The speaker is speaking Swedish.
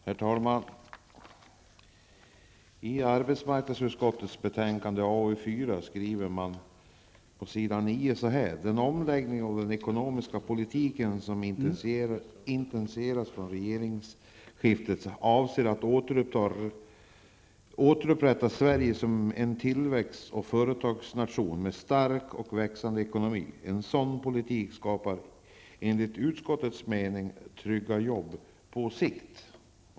Herr talman! På s. 9 i arbetsmarknadsutskottets betänkande 4 skriver utskottet så här: ''Den omläggning av den ekonomiska politiken som initierats efter regeringsskiftet avser att återupprätta Sverige som en tillväxt och företagarnation med en stark och växande ekonomi. En sådan politik skapar enligt utskottets mening trygga jobb på sikt.''